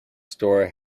store